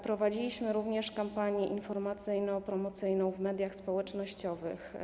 Prowadziliśmy również kampanię informacyjną i promocyjną w mediach społecznościowych.